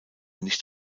nicht